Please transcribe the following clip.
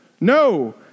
No